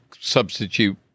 substitute